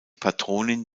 patronin